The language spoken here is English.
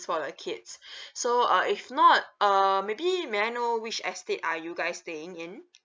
for the kids so uh if not uh maybe may I know which estate are you guys staying in